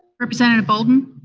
representative bolden?